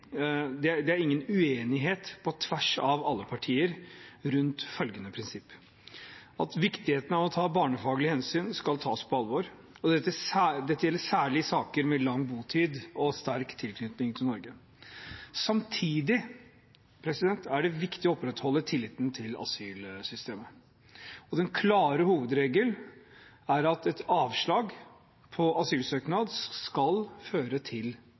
det er ingen uenighet på tvers av alle partier rundt følgende prinsipp: Viktigheten av å ta barnefaglige hensyn skal tas på alvor, og dette gjelder særlig i saker med lang botid og sterk tilknytning til Norge. Samtidig er det viktig å opprettholde tilliten til asylsystemet. Den klare hovedregel er at et avslag på asylsøknad skal føre til